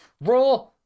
Raw